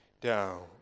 down